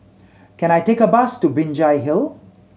can I take a bus to Binjai Hill